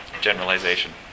generalization